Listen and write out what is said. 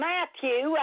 Matthew